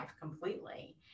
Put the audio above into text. completely